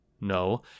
No